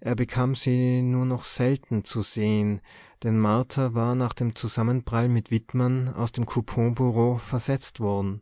er bekam sie nur noch selten zu sehen denn martha war nach dem zusammenprall mit wittmann aus dem couponbureau versetzt worden